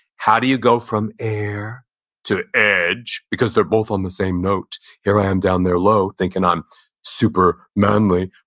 how do you go from air to edge, because they're both on the same note? there i am down there low thinking i'm super manly,